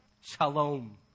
Shalom